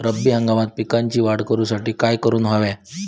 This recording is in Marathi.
रब्बी हंगामात पिकांची वाढ करूसाठी काय करून हव्या?